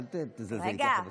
אל תזלזלי כך בשמאלנים.